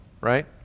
right